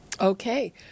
Okay